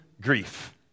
grief